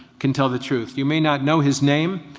can tell the truth. you may not know his name.